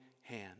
hand